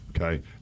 Okay